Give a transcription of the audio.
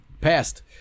passed